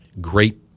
great